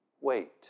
Wait